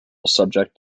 subject